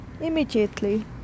immediately